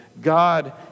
God